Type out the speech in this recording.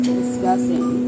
disgusting